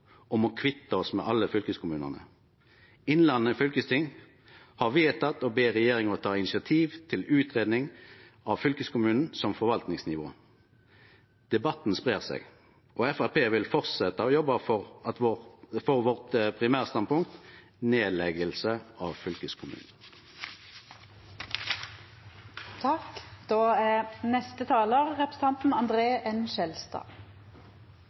om å kvitte oss med alle fylkeskommunane. Innlandet fylkesting har vedteke å be regjeringa ta initiativ til utgreiing av fylkeskommunen som forvaltningsnivå. Debatten spreier seg, og Framstegspartiet vil fortsetje å jobbe for vårt primærstandpunkt: nedlegging av